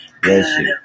good